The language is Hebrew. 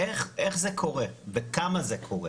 איך זה קורה וכמה זה קורה